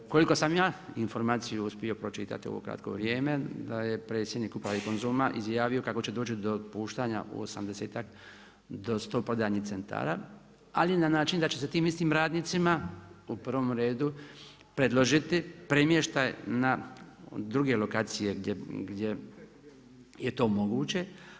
Koliko sam ja informaciju uspio pročitati u ovo kratko vrijeme da je predsjednik uprave Konzuma izjavio kako će doći do otpuštanja u 80-ak do 100 prodajnih centara ali na način da će se tim istim radnicima u prvom redu predložili premještaj na druge lokacije gdje je to moguće.